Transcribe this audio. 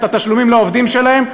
את התשלומים לעובדים שלהם,